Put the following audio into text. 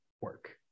work